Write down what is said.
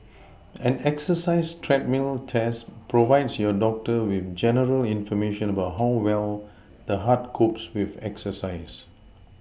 an exercise treadmill test provides your doctor with general information about how well the heart copes with exercise